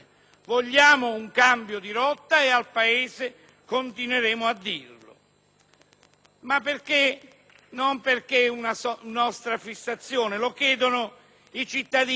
non perché è una nostra fissazione; lo chiedono i cittadini che non riescono a far valere i loro diritti nelle sedi civili;